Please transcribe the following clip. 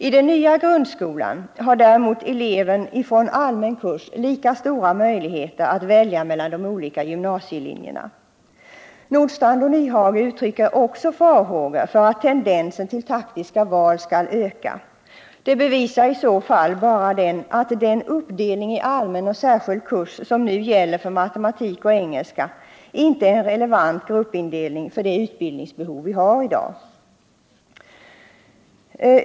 I den nya grundskolan har däremot eleven från allmän kurs lika stora möjligheter att välja mellan de olika gymnasielinjerna. Ove Nordstrandh och Hans Nyhage uttrycker också farhågor för att tendensen till taktiska val skall öka. Det bevisar i så fall bara att den uppdelning i allmän och särskild kurs som nu gäller för matematik och engelska inte är en relevant gruppindelning för det utbildningsbehov vi har i dag.